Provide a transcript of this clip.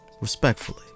Respectfully